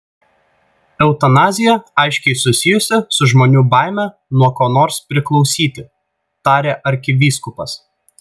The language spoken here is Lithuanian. eutanazija aiškiai susijusi su žmonių baime nuo ko nors priklausyti tarė arkivyskupas